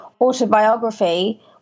autobiography